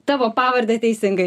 tavo pavardę teisingai